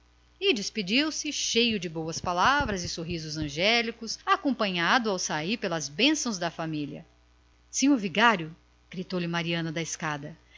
e despediu-se todo boas palavras e sorrisos angélicos acompanhado pelas bênçãos da família senhor vigário gritou-lhe mariana do patamar da escada